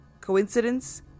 Coincidence